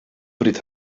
bryd